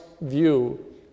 view